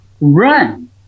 run